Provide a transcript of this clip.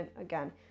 again